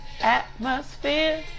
Atmosphere